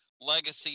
legacy